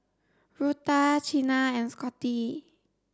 Rutha Chynna and Scotty